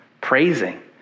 praising